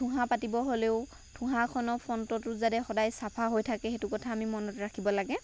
আৰু ঠোহাঁ পাতিব হ'লেও ঠোহাঁখনৰ ফ্ৰণ্টৰটো যাতে সদায় চাফা হৈ থাকে সেইটো কথা আমি মনত ৰাখিব লাগে